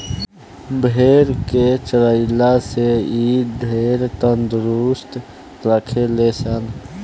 भेड़ के चरइला से इ ढेरे तंदुरुस्त रहे ले सन